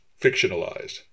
fictionalized